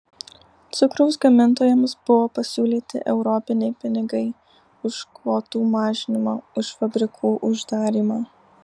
cukraus gamintojams buvo pasiūlyti europiniai pinigai už kvotų mažinimą už fabrikų uždarymą